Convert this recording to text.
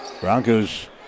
Broncos